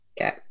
Okay